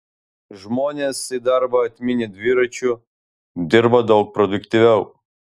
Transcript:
žmonės į darbą atmynę dviračiu dirba daug produktyviau